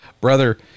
brother